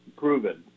proven